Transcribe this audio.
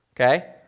okay